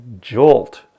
jolt